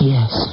Yes